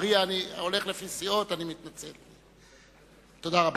תודה רבה.